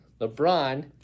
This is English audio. LeBron